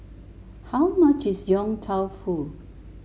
how much is Yong Tau Foo